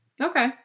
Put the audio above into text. okay